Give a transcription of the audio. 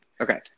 okay